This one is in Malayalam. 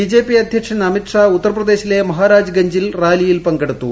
ബിജെപി അധ്യക്ഷൻ അമിത്ഷാ ഉത്തർപ്രദേശിലെ മഹാരാജ് ഗഞ്ജിൽ റാലിയിൽ പങ്കെടുത്തു